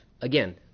Again